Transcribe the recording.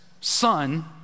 son